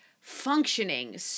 functioning